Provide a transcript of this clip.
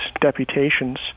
deputations